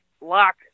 lock